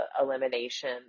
elimination